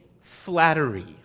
flattery